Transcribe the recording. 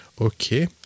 Okay